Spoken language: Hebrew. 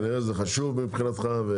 כנראה שזה חשוב מבחינתך.